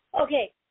Okay